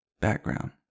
Background